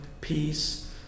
peace